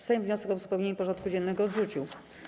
Sejm wniosek o uzupełnienie porządku dziennego odrzucił.